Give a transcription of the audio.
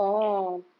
ya